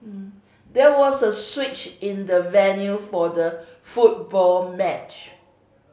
there was a switch in the venue for the football match